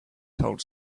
told